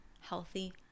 healthy